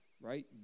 Right